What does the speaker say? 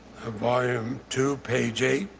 ah volum two page eight,